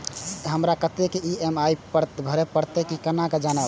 हमरा कतेक ई.एम.आई भरें परतें से केना जानब?